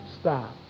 stop